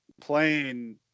playing